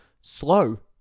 slow